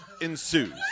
ensues